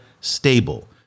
stable